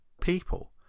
people